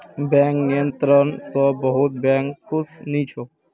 bank नियंत्रण स बहुत बैंक खुश नी छ